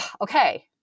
okay